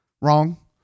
wrong